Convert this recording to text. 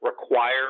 require